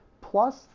plus